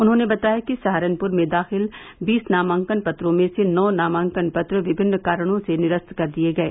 उन्होंने बताया कि सहारनपुर में दाखिल बीस नामांकन पत्रों में से नौ नामांकन पत्र विभिन्न कारणों से निरस्त कर दिये गये